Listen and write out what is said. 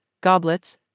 goblets